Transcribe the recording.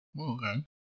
Okay